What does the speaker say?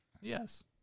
Yes